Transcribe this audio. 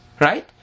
right